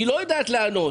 היא יודעת לענות